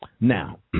Now